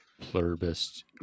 pluribus